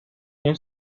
año